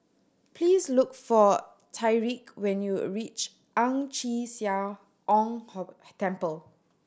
please look for Tyrique when you reach Ang Chee Sia Ong Temple